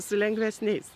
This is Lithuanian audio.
su lengvesniais